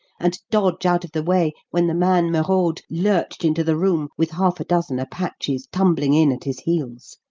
and dodge out of the way when the man merode lurched into the room, with half a dozen apaches tumbling in at his heels.